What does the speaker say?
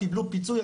קיבלו פיצוי,